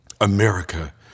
America